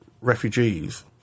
refugees